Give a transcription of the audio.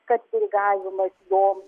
kad dirigavimas joms